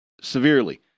severely